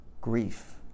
grief